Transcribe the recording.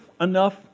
enough